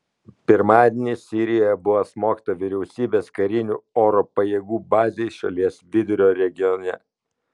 pirmadienį sirijoje buvo smogta vyriausybės karinių oro pajėgų bazei šalies vidurio regione